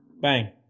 Bang